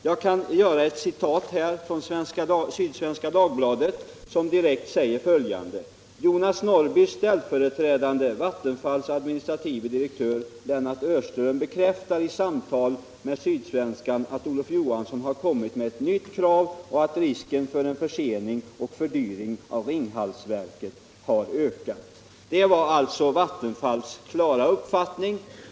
Jag kan citera Sydsvenska Dagbladet som säger följande: ”Jonas Norrbys ställföreträdare, Vattenfalls administrative direktör Lennart Öhrström, bekräftar i samtal med SDS att Olof Johansson har kommit med ett nytt krav och att risken för en försening och fördyring av Ringhalsprojektet ökat.” Det var alltså Vattenfalls klara uppfattning.